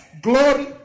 glory